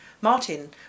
Martin